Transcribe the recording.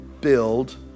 build